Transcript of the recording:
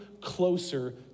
closer